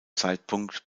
zeitpunkt